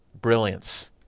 brilliance